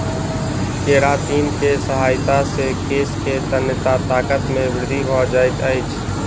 keratin के सहायता से केश के तन्यता ताकत मे वृद्धि भ जाइत अछि